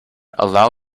allow